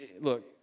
look